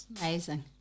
Amazing